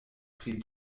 pri